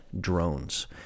drones